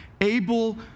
able